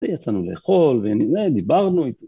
ויצאנו לאכול ודיברנו איתו.